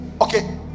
Okay